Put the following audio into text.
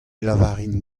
lavarin